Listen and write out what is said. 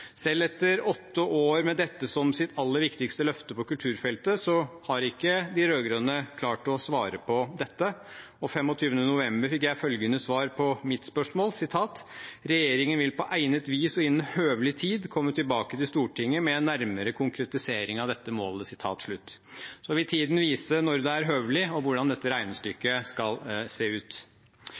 Selv etter åtte år med dette som sitt aller viktigste løfte på kulturfeltet har ikke de rød-grønne klart å svare på dette, og 25. november fikk jeg følgende svar på mitt spørsmål: «Regjeringen vil på egnet vis, og innen høvelig tid, komme tilbake til Stortinget med en nærmere konkretisering av dette målet.» Så vil tiden vise når det er høvelig, og hvordan dette regnestykket skal se ut.